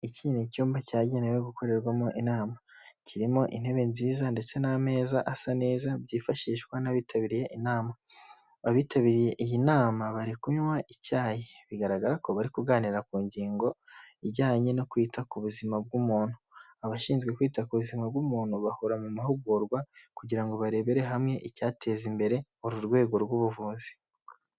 Ikindi cyumba cyagenewe gukorerwamo inama kirimo intebe nziza ndetse n'ameza asa neza byifashishwa n'abitabiriye inama. Abitabiriye iyi nama bari kunywa icyayi bigaragara ko bari kuganira ku ngingo ijyanye no kwita ku buzima bw'umuntu, abashinzwe kwita ku buzima bw'umuntu bahora mu mahugurwa kugira ngo barebere hamwe icyateza imbere uru rwego rw'ubuvuzi.